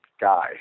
guy